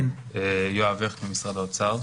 אני ממשרד האוצר.